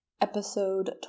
Episode